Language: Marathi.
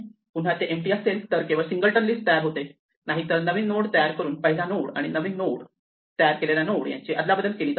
पुन्हा ते एम्पटी असेल तर केवळ सिंगलटन लिस्ट तयार होते नाहीतर नवीन नोड तयार करून पहिला नोडआणि नवीन तयार केलेला नोड यांची अदलाबदल केली जाते